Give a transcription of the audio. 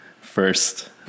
first